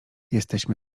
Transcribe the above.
jesteśmy